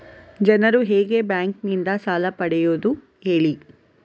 ಜನರು ಹೇಗೆ ಬ್ಯಾಂಕ್ ನಿಂದ ಸಾಲ ಪಡೆಯೋದು ಹೇಳಿ